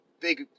big